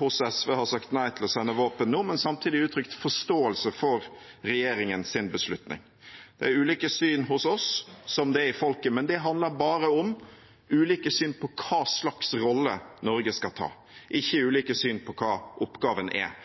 hos SV har sagt nei til å sende våpen nå, men samtidig uttrykt forståelse for regjeringens beslutning. Det er ulike syn hos oss, som det er i folket, men det handler bare om ulike syn på hva slags rolle Norge skal ta, ikke om ulike syn på hva oppgaven er.